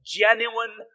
genuine